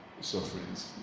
sufferings